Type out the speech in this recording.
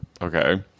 okay